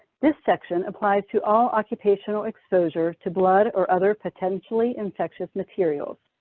this section applies to all occupational exposure to blood or other potentially infectious materials.